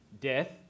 death